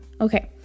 okay